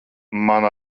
man